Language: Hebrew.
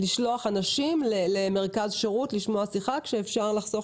לשלוח אנשים למרכז שירות לשמוע שיחה כשאפשר לחסוך